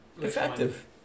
effective